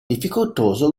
difficoltoso